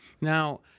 Now